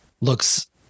looks